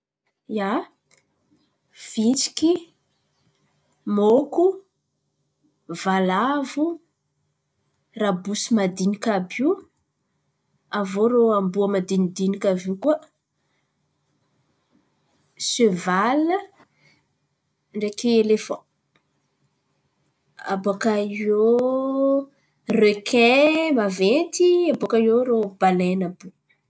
ia, vitsiky, môko, valavo, rabosy madin̈iky àby io aviô irô amboa madin̈ika àby io. Seval ndraiky elefan, bàka eo rekin maventy bàka eo balene àby io.